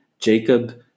Jacob